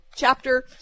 chapter